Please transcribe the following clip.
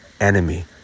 Enemy